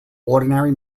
ordinary